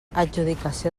adjudicació